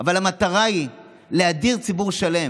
לא מופיעה במחשב שם.